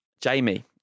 Jamie